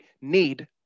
need